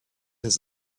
his